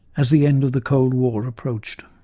as the end of the cold war approached.